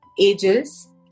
ages